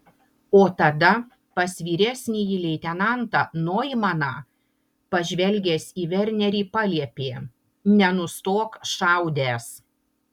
o tada pas vyresnįjį leitenantą noimaną pažvelgęs į vernerį paliepė nenustok šaudęs